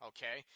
Okay